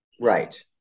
Right